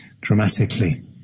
dramatically